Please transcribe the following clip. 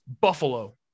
Buffalo